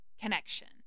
connection